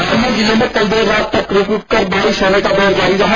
बाडमेर जिले में देर रात तक रूकरूक कर बारिश का दौर जारी रहा